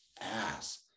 ass